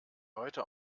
heute